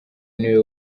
niwe